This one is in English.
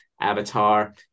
avatar